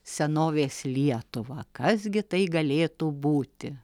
senovės lietuvą kas gi tai galėtų būti